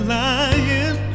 lying